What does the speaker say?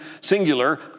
singular